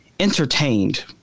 entertained